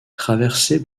traversée